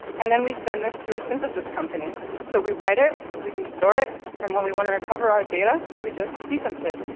and then we send this to a synthesis company. so we write it, we can store it, and when we want to recover our data, we just sequence it.